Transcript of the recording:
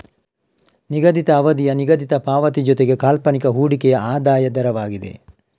ನಿಗದಿತ ಅವಧಿಯ ನಿಗದಿತ ಪಾವತಿ ಜೊತೆಗೆ ಕಾಲ್ಪನಿಕ ಹೂಡಿಕೆಯ ಆದಾಯದ ದರವಾಗಿದೆ